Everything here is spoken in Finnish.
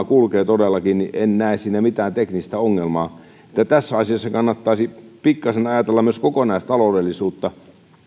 kulkee niin en näe siinä mitään teknistä ongelmaa tässä asiassa kannattaisi pikkasen ajatella myös kokonaistaloudellisuutta